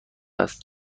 است